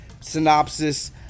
synopsis